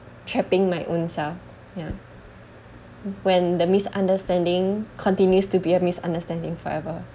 trapping my own self ya when the misunderstanding continues to be a misunderstanding forever